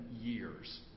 years